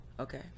Okay